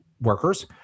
workers